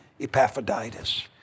Epaphroditus